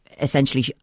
essentially